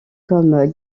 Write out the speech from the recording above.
comme